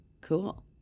cool